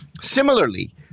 Similarly